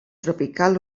tropical